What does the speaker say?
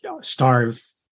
starve